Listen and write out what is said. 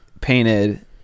painted